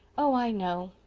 oh, i know.